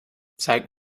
zeige